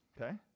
Okay